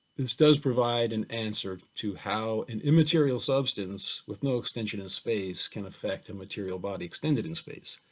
this does provide an answer to how an immaterial substance with no extension in space, can effect a material body extended in space.